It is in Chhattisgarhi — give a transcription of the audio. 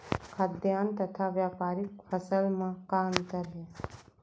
खाद्यान्न तथा व्यापारिक फसल मा का अंतर हे?